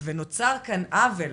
ונוצר כאן עוול,